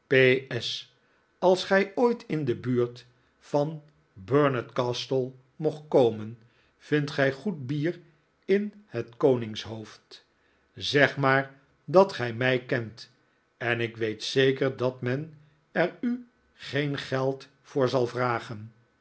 s als gij ooit in de buurt van bernard castle mocht komen vindt gij goed bier in r het koningshoofd zeg maar dat gij mij kent en ik weet zeker dat men er u geen geld voor zal vragen